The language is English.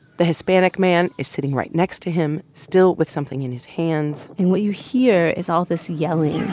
the hispanic man is sitting right next to him, still with something in his hands and what you hear is all this yelling